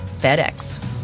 FedEx